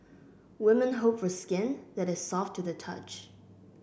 women hope for skin that is soft to the touch